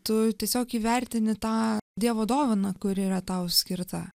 tu tiesiog įvertini tą dievo dovaną kuri yra tau skirta